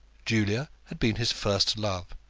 julia had been his first love,